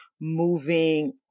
moving